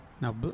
now